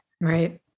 Right